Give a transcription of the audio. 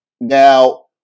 Now